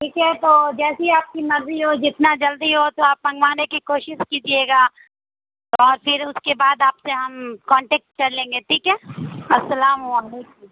ٹھیک ہے تو جیسی آپ کی مرضی ہو جتنا جلدی ہو تو آپ منگوانے کی کوشس کیجیے گا اور پھر اس کے بعد آپ سے ہم کانٹیکٹ کر لیں گے ٹھیک ہے السلام علیکم